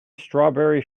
strawberry